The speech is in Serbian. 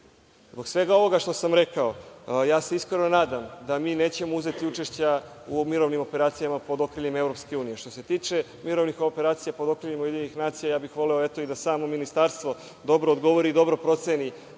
svega ovoga što sam rekao, iskreno sam nadam da mi nećemo uzeti učešća u mirovnim operacijama pod okriljem EU. Što se tiče mirovnih operacija pod okriljem UN, voleo bih da samo Ministarstvo dobro odgovori i dobro proceni